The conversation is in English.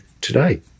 today